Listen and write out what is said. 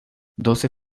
doce